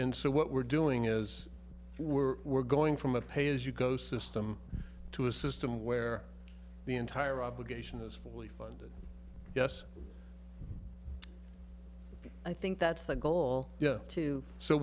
and so what we're doing is we're we're going from a pay as you go system to a system where the entire obligation is fully funded yes i think that's the goal yeah too so